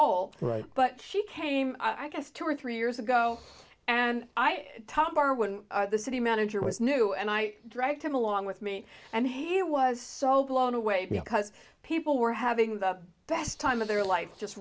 ul right she came i guess two or three years ago and i tom bar when the city manager was new and i dragged him along with me and he was so blown away because people were having the best time of their life just